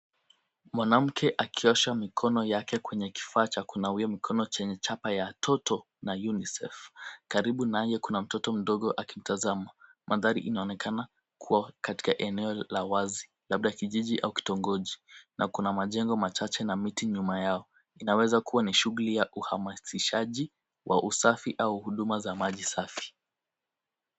Mwanamke akiosha mikono yake kwenye kifaa cha kunawia mkono chenye chapa ya Roto na UNICEF. Karibu naye kuna mtoto mdogo akimtazama. Mandhari inaonekana kuwa katika eneo la wazi labda kijiji au kitongoji na kuna majengo machache na miti nyuma yao. Inawezakua ni shughuli ya uhamasishaji wa usafi au huduma za maji safi.